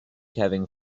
having